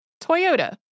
Toyota